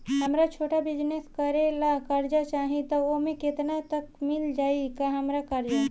हमरा छोटा बिजनेस करे ला कर्जा चाहि त ओमे केतना तक मिल जायी हमरा कर्जा?